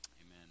Amen